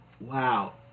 wow